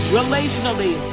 relationally